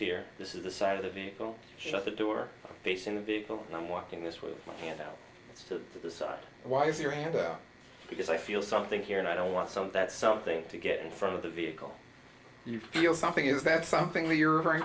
here this is the side of the vehicle shut the door facing the vehicle and i'm walking this way my hand out to the side why is your hand out because i feel something here and i don't want some that something to get in front of the vehicle you feel something is that something where you're